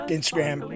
Instagram